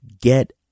get